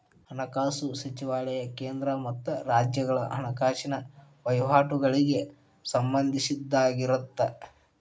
ಹಣಕಾಸು ಸಚಿವಾಲಯ ಕೇಂದ್ರ ಮತ್ತ ರಾಜ್ಯಗಳ ಹಣಕಾಸಿನ ವಹಿವಾಟಗಳಿಗೆ ಸಂಬಂಧಿಸಿದ್ದಾಗಿರತ್ತ